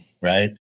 Right